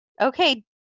Okay